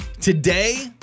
today